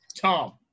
Tom